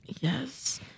Yes